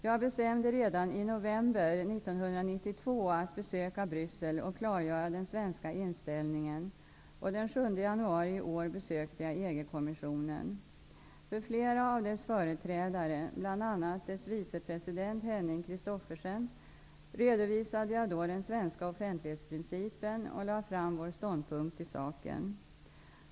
Jag bestämde redan i november 1992 att besöka Bryssel och klargöra den svenska inställningen, och den 7 januari i år besökte jag EG-kommissionen. För flera av dess företrädare, bl.a. dess vice president Henning Christophersen, redovisade jag då den svenska offentlighetsprincipen och lade fram vår ståndpunkt i saken.